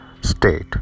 state